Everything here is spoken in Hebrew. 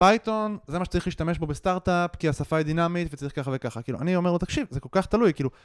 פייתון זה מה שצריך להשתמש בו בסטארט-אפ כי השפה היא דינמית וצריך ככה וככה אני אומר לו תקשיב זה כל כך תלוי כאילו